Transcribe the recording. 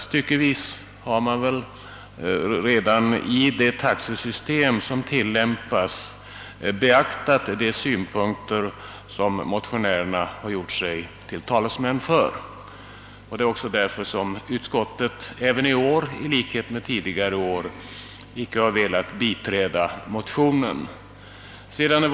Styckevis torde man sålunda redan i det taxesystem som tillämpas ha beaktat de synpunkter som motionärerna gjort sig till talesmän för. Det är också därför som utskottet i år, liksom tidigare, inte velat biträda motionsyrkandet.